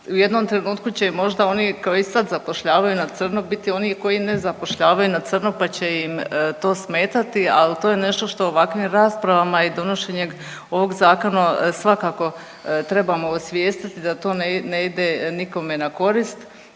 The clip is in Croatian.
u jednom trenutku će možda oni koji sad zapošljavaju na crno biti oni koji ne zapošljavaju na crno pa će im to smetati, ali to je nešto što u ovakvim raspravama i donošenje ovog zakona svakako trebamo osvijestiti da to ne ide na korist.